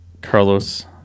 Carlos